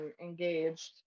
engaged